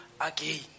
again